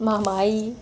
म्हामाई